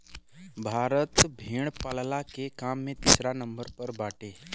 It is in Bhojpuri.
भारत भेड़ पालला के काम में तीसरा नंबर पे बाटे